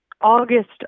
August